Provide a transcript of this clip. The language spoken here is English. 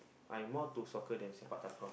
I more to soccer than Sepak-Takraw